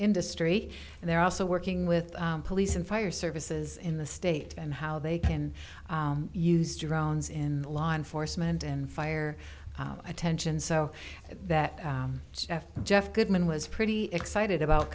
industry and they're also working with police and fire services in the state and how they can use drones in law enforcement and fire attention so that jeff jeff goodman was pretty excited about